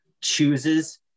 chooses